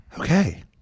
Okay